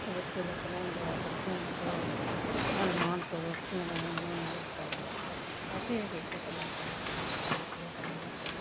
تو بچے لوگ سلام دعا کرتے ہیں تو مان مہمان کو روکتے ہیں اور مہمان نہیں رکتا تو بچے لوگ کو سکھاتے ہیں کہ بچے سلام کرو سلام کرو یہ کرو وہ کرو